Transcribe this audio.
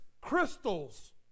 crystals